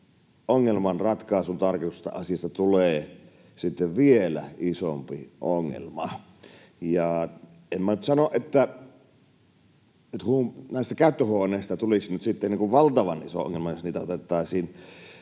ongelman ratkaisuun tarkoitetusta asiasta tulee sitten vielä isompi ongelma. En minä nyt sano, että näistä käyttöhuoneista tulisi nyt sitten valtavan iso ongelma, jos niitä otettaisiin